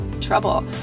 trouble